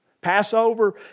Passover